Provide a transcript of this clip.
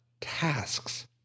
tasks